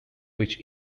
which